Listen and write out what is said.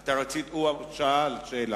הוא שאל שאלה.